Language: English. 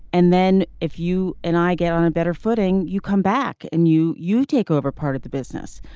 and then if you and i get on a better foot and you come back and you you take over part of the business.